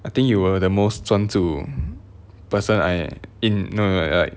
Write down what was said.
I think you were the most 专注 person I in no no like